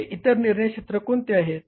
ते इतर निर्णय क्षेत्र कोणते आहेत